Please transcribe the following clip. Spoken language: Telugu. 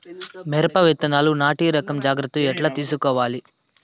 మిరప విత్తనాలు నాటి రకం జాగ్రత్తలు ఎట్లా తీసుకోవాలి?